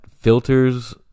filters